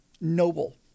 noble